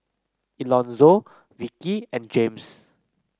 Elonzo Vikki and James